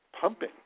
pumping